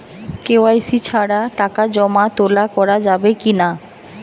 KYC ছাড়া টাকা জমা তোলা করা যাবে কি না?